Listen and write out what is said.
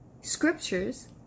scriptures